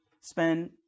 spend